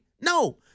No